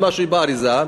משלם את הסכומים האלה.